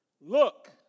look